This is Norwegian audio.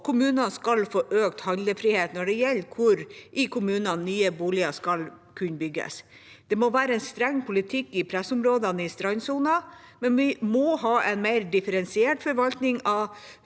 og kommunene skal få økt handlefrihet når det gjelder hvor i kommunene nye boliger skal kunne bygges. Det må være en streng politikk i pressområdene i strandsonen, men vi må ha en mer differensiert forvaltning i